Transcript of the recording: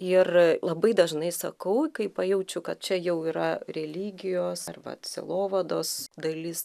ir labai dažnai sakau kai pajaučiu kad čia jau yra religijos ar vat sielovados dalis